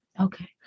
Okay